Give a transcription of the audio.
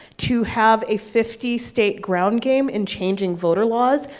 to have a fifty state ground game in changing voter laws,